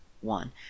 one